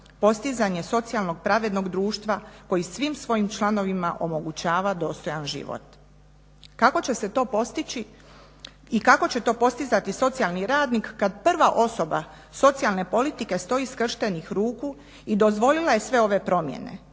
postizanje socijalnog pravednog društva koji svim svojim članovima omogućava dostojan život. Kako će se to postići i kako će to postizati socijalni radnik kad prva osoba socijalne politike stoji skrštenih ruku i dozvolila je sve ove promjene,